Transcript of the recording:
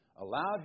allowed